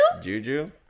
juju